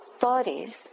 bodies